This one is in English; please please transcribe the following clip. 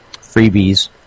freebies